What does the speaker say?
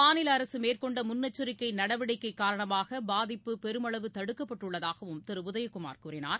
மாநிலஅரசுமேற்கொண்டமுன்னெச்சரிக்கைநடவடிக்கைகாரணமாகபாதிப்பு பெருமளவு தடுக்கப்பட்டுள்ளதாகவும் திருஉதயகுமார் கூறினார்